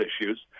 issues